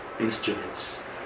instruments